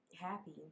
happy